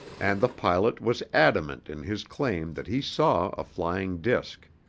and the pilot was adamant in his claim that he saw a flying disk.